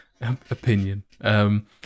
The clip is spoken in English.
opinion